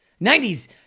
90s